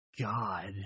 God